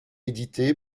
éditée